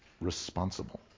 Responsible